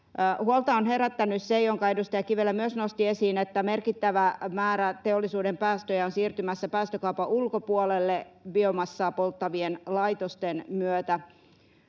Huolta on herättänyt se, jonka edustaja Kivelä myös nosti esiin, että merkittävä määrä teollisuuden päästöjä on siirtymässä päästökaupan ulkopuolelle biomassaa polttavien laitosten myötä.